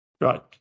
Right